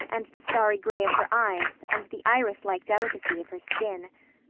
and the starry gray of her eyes and the iris-like delicacy of her skin.